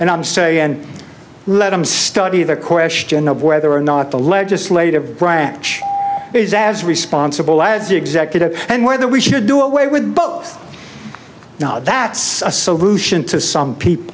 and i'm sorry and let them study the question of whether or not the legislative branch is as responsible as the executive and whether we should do away with but not that's a solution to some people